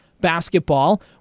Basketball